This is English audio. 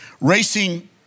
Racing